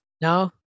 No